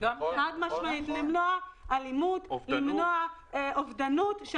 חד-משמעית למנוע אלימות, אובדנות.